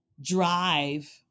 drive